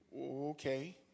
Okay